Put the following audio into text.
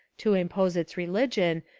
to impose its religion,